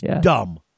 dumb